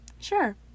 Sure